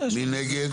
מי נגד?